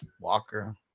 walker